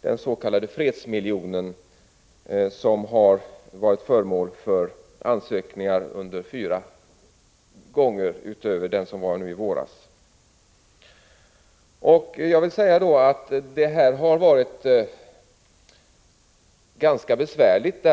den s.k. fredsmiljonen, som har varit föremål för ansökningar fyra gånger utöver den i våras. Detta arbete har varit ganska besvärligt.